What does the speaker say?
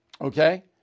Okay